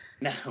No